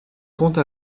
comte